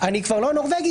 אני כבר לא נורבגי,